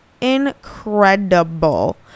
incredible